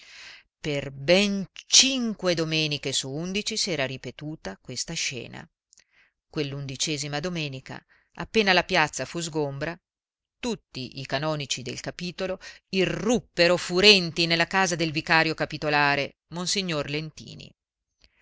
per ben cinque domeniche su undici s'era ripetuta questa scena quell'undicesima domenica appena la piazza fu sgombra tutti i canonici del capitolo irruppero furenti nella casa del vicario capitolare monsignor lentini